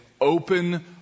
open